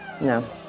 No